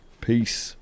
Peace